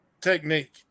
technique